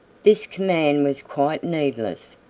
this command was quite needless,